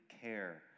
care